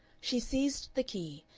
she seized the key,